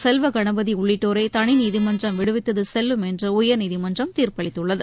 செல்வ கணபதி உள்ளிட்டோரை தனி நீதிமன்றம் விடுவித்தது செல்லும் என்று உயர்நீதிமன்றம் திரு தீர்ப்பளித்கள்ளகு